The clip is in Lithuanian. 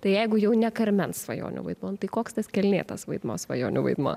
tai jeigu jau ne karmen svajonių vaidmuo tai koks tas kelnėtas vaidmuo svajonių vaidmuo